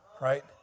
right